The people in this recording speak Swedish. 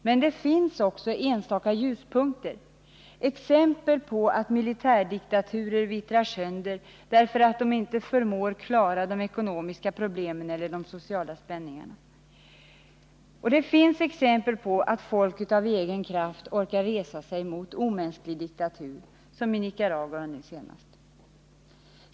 Men det finns också enstaka ljuspunkter — exempel på att militärdiktaturer vittrar sönder därför att de inte förmår klara de ekonomiska problemen eller de sociala spänningarna. Det finns exempel på att folket av egen kraft orkar resa sig mot omänsklig diktatur, som i Nicaragua nu senast.